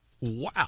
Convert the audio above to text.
Wow